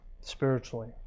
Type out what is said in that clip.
spiritually